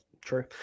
true